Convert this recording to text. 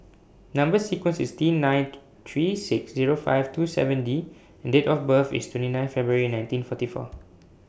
Number sequence IS T nine three six Zero five two seven D and Date of birth IS twenty nine February nineteen forty four